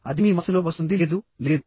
అది మీ మనసులో వస్తుంది లేదు లేదు